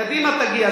קדימה תגיע.